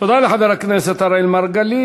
תודה לחבר הכנסת אראל מרגלית.